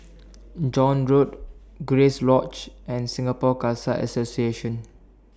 John Road Grace Lodge and Singapore Khalsa Association